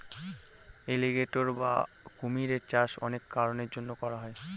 alligator বা কুমিরের চাষ অনেক কারনের জন্য করা হয়